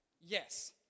Yes